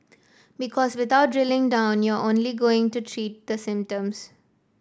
because without drilling down you're only going to treat the symptoms